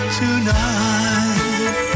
tonight